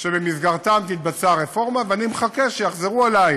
שבמסגרתם תתבצע הרפורמה, ואני מחכה שיחזרו אלי